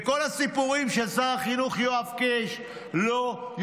וכל הסיפורים של שר החינוך יואב לא יועילו.